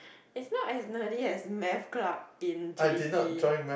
it's not as nutty as math club in j_c